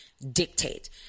dictate